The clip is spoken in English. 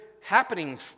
happening